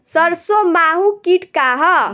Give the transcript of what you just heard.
सरसो माहु किट का ह?